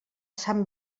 sant